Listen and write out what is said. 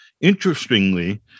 Interestingly